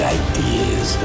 ideas